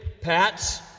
Pats